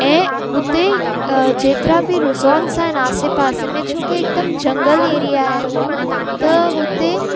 ऐं हुते ई जेतिरा बि रिज़ॉर्ट्स आहिनि आसे पासे में छोकी हिकदमि झंगलु एरिया आहे हू त हुते